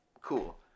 cool